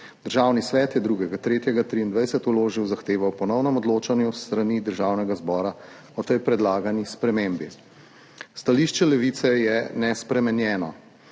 Državni svet je 2. 3. 2023 vložil zahtevo o ponovnem odločanju s strani Državnega zbora o tej predlagani spremembi. Stališče Levice je nespremenjeno.